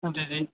जी जी